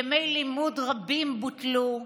ימי לימוד רבים בוטלו.